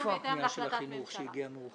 גם בהתאם להחלטת ממשלה.